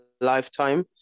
lifetime